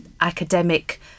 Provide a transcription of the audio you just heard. academic